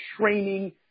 training